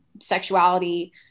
sexuality